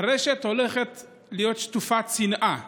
הרשת הולכת להיות שטופת שנאה